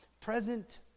present